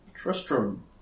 Tristram